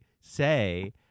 say